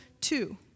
Two